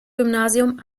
gymnasium